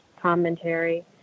commentary